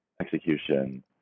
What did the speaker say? execution